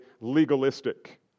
legalistic